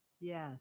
Yes